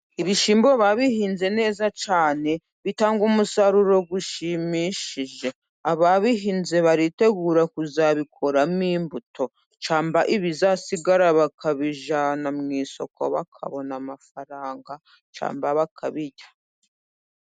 Ibishyimbo babihinze neza cyane bitanga umusaruro ushimishije, ababihinze baritegura kuzabikuramo imbuto, cyangwa ibizasigara bakabijyana mu isoko, bakabona amafaranga cyangwa bakabirya.